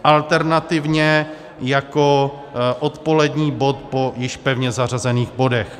Alternativně jako odpolední bod po již pevně zařazených bodech.